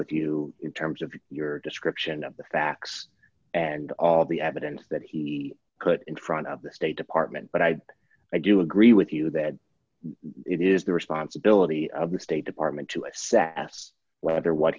with you in terms of your description of the facts and all the evidence that he could in front of the state department but i i do agree with you that it is the responsibility of the state department